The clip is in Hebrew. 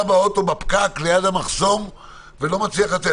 באוטו בפקק ליד המחסום ולא מצליח לצאת.